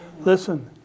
Listen